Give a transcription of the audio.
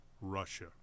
Russia